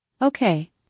Okay